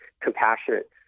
compassionate